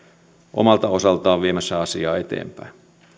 omalta osaltaan viemässä asiaa eteenpäin